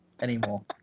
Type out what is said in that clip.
anymore